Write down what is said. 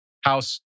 house